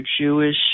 Jewish